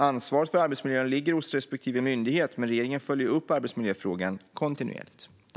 Ansvaret för arbetsmiljön ligger hos respektive myndighet, men regeringen följer upp arbetsmiljöfrågan kontinuerligt.